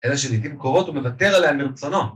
אלא שלעיתים קרובות הוא מוותר עליה מרצונו.